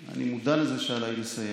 אני מודע לזה שעליי לסיים,